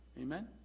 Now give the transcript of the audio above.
Amen